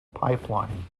pipeline